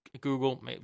Google